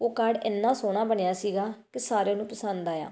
ਉਹ ਕਾਰਡ ਇੰਨਾਂ ਸੋਹਣਾ ਬਣਿਆ ਸੀਗਾ ਕਿ ਸਾਰਿਆਂ ਨੂੰ ਪਸੰਦ ਆਇਆ